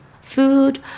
Food